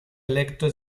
electo